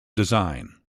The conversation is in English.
design